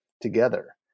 together